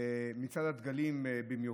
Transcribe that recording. ואת מצעד הדגלים במיוחד.